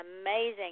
amazing